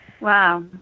Wow